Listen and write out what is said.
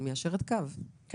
אז